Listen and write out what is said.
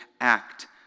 act